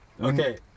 Okay